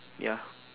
ya